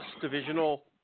divisional